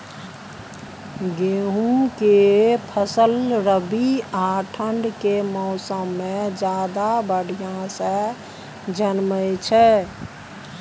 गेहूं के फसल रबी आ ठंड के मौसम में ज्यादा बढ़िया से जन्में छै?